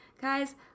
Guys